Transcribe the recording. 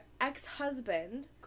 ex-husband